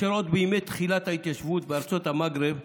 אשר עוד בימי תחילת ההתיישבות בארצות המגרב,